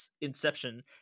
inception